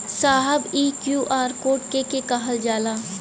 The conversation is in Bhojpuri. साहब इ क्यू.आर कोड के के कहल जाला?